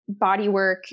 bodywork